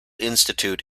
institute